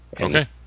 Okay